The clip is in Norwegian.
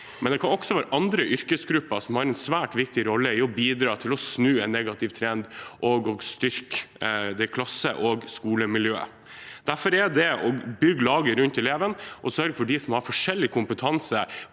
men det kan også være andre yrkesgrupper som kan ha en svært viktig rolle i å bidra til å snu en negativ trend og styrke klasse- og skolemiljøet. Derfor er det å bygge laget rundt eleven og sørge for at de som har forskjellig kompetanse,